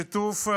שיתוף,